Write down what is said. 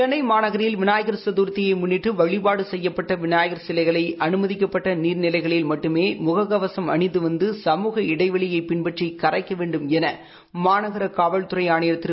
சென்ளை மாநகரில் விநாயகர் சதர்த்தியை முன்ளிட்டு வழிபாடு செய்யப்பட்ட விநாயகர் சிலைகளை அனுமதிக்கப்பட்ட நீர்நிலைகளில் மட்டுமே முகக்கவசம் அனிந்து வந்து சமூக இடைவெளியைப் பின்பற்றி கரைக்க வேண்டும் என மாநகர காவல்துறை ஆணையர் திரு